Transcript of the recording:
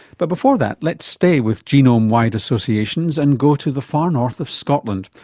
but before that let's stay with genome-wide associations and go to the far north of scotland,